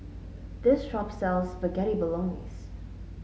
this shop sells Spaghetti Bolognese